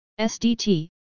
SDT